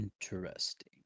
Interesting